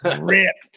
ripped